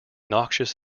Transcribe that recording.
noxious